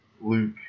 Luke